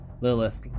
Lilith